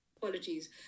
qualities